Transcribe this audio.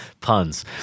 puns